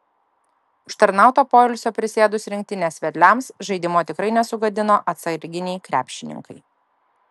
užtarnauto poilsio prisėdus rinktinės vedliams žaidimo tikrai nesugadino atsarginiai krepšininkai